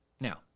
now